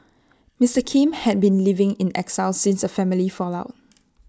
Mister Kim had been living in exile since A family fallout